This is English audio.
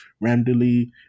randomly